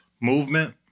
movement